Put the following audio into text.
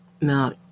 Now